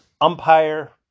umpire